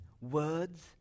words